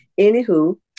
anywho